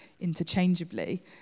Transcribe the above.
interchangeably